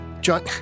John